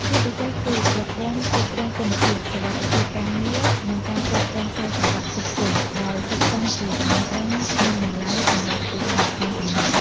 ជាពិសេសគឺ ប្រព័ន្ធគ្រប់គ្រងគុណភាព សុវត្ថិភាពការងារ និងការគ្រប់គ្រងខ្សែសង្វាក់ផ្គត់ផ្គង់ ដែលសុទ្ធសឹងជាចំណេះដឹងមានតម្លៃសម្រាប់ឧស្សាហកម្មទំនើប។